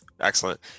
Excellent